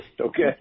okay